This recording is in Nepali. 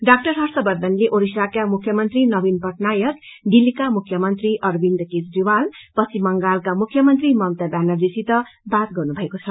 डाक्टर हर्षवर्घनले ओडिसाका मुख्यमन्त्री नवीन मटनायक दिल्लीका मुख्यमन्त्री अरविंद केजरीवाल पश्चिम बंगालका मुख्यमन्त्री ममता ब्यानर्जीसित बात गर्नुमएको छ